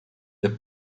the